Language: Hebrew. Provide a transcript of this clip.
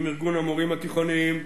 עם ארגון המורים התיכוניים.